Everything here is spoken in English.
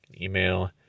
email